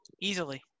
Easily